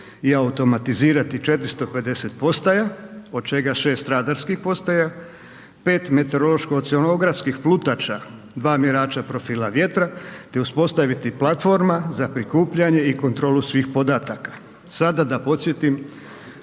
i automatizirati 450 postaja, od čega 6 radarskih postaja, 5 meteorološko-oceanografskih plutača, 2 mjerača profila vjetra te uspostaviti platforma za prikupljanje i kontrolu svih podataka. Sada da podsjetim,